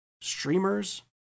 streamers